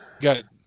Good